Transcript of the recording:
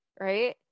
right